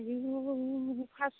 आयु फास